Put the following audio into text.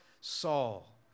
Saul